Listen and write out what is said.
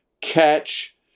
catch